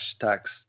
tax